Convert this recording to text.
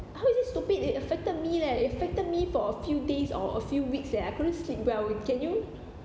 how is this stupid it affected me leh it affected me for a few days or a few weeks leh I couldn't sleep well we can you